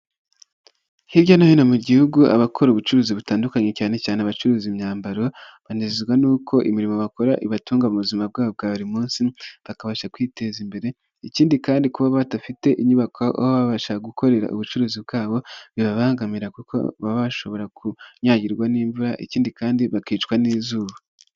Hirya no hino mu gihugu abakora ubucuruzi butandukanye cyane cyane abacuruza imyambaro banezezwa n'uko imirimo bakora ibatunga mu buzima bwabo bwa buri munsi bakabasha kwiteza imbere, ikindi kandi kuba badafite inyubako baba babasha gukorera ubucuruzi bwabo bibabangamira kuko baba bashobora kunyagirwa n'imvura ikindi kandi bakicwa n'izuba.